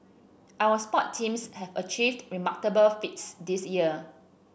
our sports teams have achieved remarkable feats this year